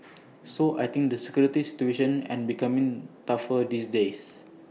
so I think the security situation is becoming tougher these days